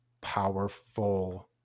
powerful